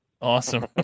Awesome